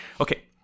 Okay